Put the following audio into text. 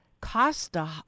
Costa